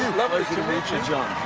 lovely to meet you, john.